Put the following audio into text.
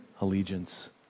allegiance